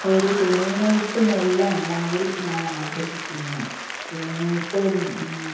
ഒരു തുണി നെയ്ത്ത് മില്ല് ഉണ്ടെങ്കിൽ ഞാൻ ആഗ്രഹിക്കുന്നു തുണി നെയ്ത്ത്